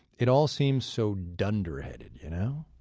it all seems so dunderheaded, you know?